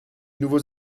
nouveaux